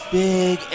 big